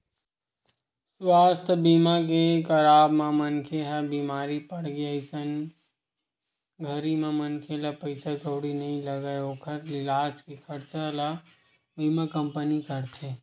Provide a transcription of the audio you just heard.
सुवास्थ बीमा के कराब म मनखे ह बीमार पड़गे अइसन घरी म मनखे ला पइसा कउड़ी नइ लगय ओखर इलाज के खरचा ल बीमा कंपनी करथे